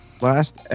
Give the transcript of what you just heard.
Last